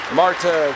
marta